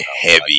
heavy